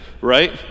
right